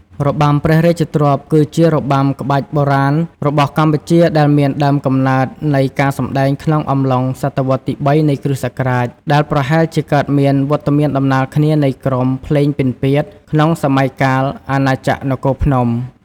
របាំព្រះរាជទ្រព្យ គឺជារបាំក្បាច់បុរាណរបស់កម្ពុជា ដែលមានដើមកំណើតនៃការសម្តែងក្នុងអំឡុងស.វទី៣ នៃគ.សករាជ ដែលប្រហែលជាកើតមានវត្តមានដំណាលគ្នានៃក្រុម ភ្លេងពិណពាទ្យ ក្នុងសម័យកាល អាណាចក្រនគរភ្នំ ។